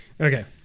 Okay